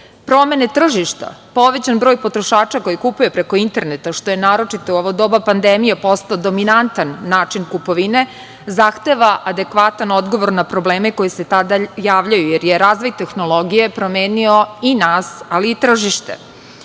veća. Promene tržišta, povećan broj potrošača koji kupuje preko interneta, što je naročito u ovo doba pandemije postao dominantan način kupovine, zahteva adekvatan odgovor na probleme koji se javljaju, jer je razvoj tehnologije promenio i nas, ali i tržište.